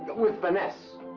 but with finesse!